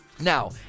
Now